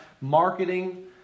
marketing